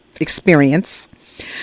experience